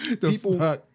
People